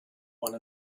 one